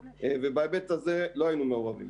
ובהיבט הזה לא היינו מעורבים.